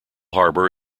harbour